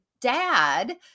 dad